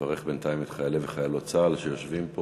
נברך בינתיים את חיילי וחיילות צה"ל שיושבים פה